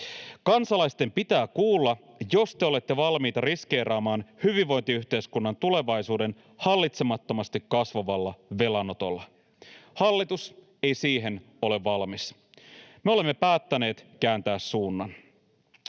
Kansalaisten pitää kuulla, jos te olette valmiita riskeeraamaan hyvinvointiyhteiskunnan tulevaisuuden hallitsemattomasti kasvavalla velanotolla. Hallitus ei siihen ole valmis. Me olemme päättäneet kääntää suunnan.